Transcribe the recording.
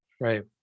Right